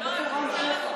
להצבעה.